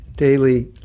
daily